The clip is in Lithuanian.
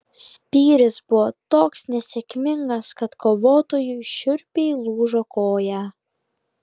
spyris buvo toks nesėkmingas kad kovotojui šiurpiai lūžo koją